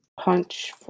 Punch